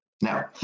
Now